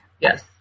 Yes